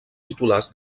titulars